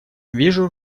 вижу